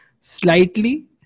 Slightly